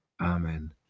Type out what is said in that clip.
Amen